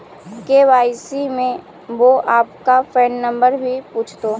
KYC में वो आपका पैन नंबर भी पूछतो